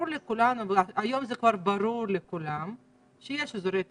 היום זה כבר ברור לכולם שיש אזורי תחלואה,